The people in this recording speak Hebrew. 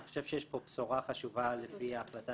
אני חושב שיש פה בשורה חשובה לפי ההחלטה